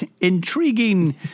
Intriguing